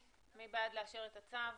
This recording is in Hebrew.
עד המילים "למעט לעניין תקנה 5(ב)(2)